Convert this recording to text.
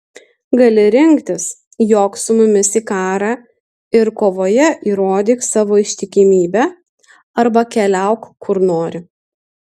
gali rinktis jok su mumis į karą ir kovoje įrodyk savo ištikimybę arba keliauk kur nori